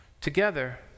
together